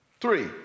Three